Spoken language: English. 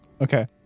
Okay